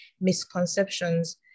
misconceptions